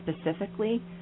specifically